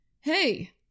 hey